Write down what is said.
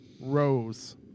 rose